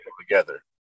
together